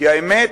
כי האמת,